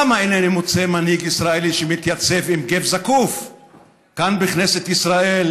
למה אינני מוצא מנהיג ישראלי שמתייצב עם גו זקוף כאן בכנסת ישראל,